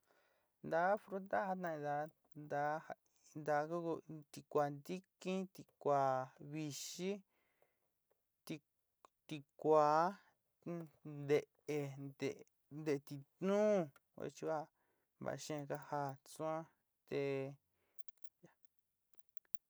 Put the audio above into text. Ntaá fruta jatain inidá, ntaá ntaá go go tikuá ntikí, tikuá vixí, tik tikuáa, nte'é, nteé nté tituún kuet yuan kua xeén ka ja tsuaán eh.